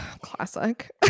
classic